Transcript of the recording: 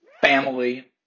family